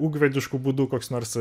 ūkvedišku būdu koks nors